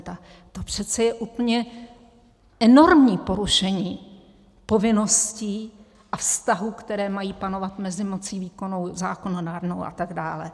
To přece je úplně enormní porušení povinností a vztahů, které mají panovat mezi mocí výkonnou, zákonodárnou atd.